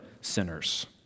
sinners